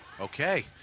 Okay